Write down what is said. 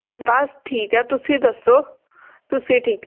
ਬਸ ਠੀਕ ਆ ਤੁਸੀਂ ਦੱਸੋ ਤੁਸੀਂ ਠੀਕ